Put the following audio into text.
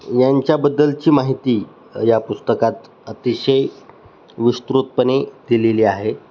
यांच्याबद्दलची माहिती या पुस्तकात अतिशय विस्तृतपणे दिलेली आहे